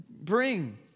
bring